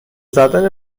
زدن